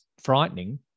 frightening